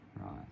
Right